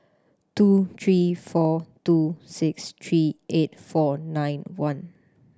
two three four two six three eight four nine one